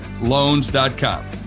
loans.com